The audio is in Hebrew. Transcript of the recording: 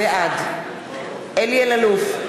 בעד אלי אלאלוף,